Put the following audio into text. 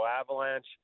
Avalanche